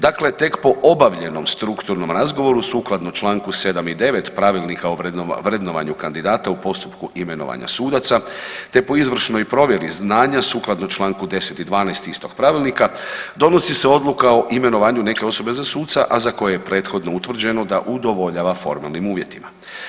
Dakle, tek po obavljenom strukturom razgovoru sukladno čl. 7. i 9. Pravilnika o vrednovanju kandidata u postupku imenovanja sudaca, te po izvršenoj provjeri znanja sukladno čl. 10. i 12. istog pravilnika donosi se odluka o imenovanju neke osobe za suca, a za koje je prethodno utvrđeno da udovoljava formalnim uvjetima.